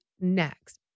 next